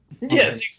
Yes